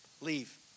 leave